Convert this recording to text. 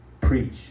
preach